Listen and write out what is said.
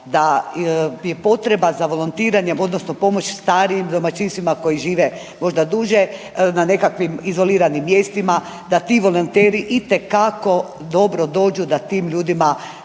da je potreba za volontiranjem, odnosno pomoć starijim domaćinstvima koji žive možda duže, na nekakvim izoliranim mjestima, da ti volonteri itekako dobro dođu da tim ljudima,